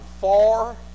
far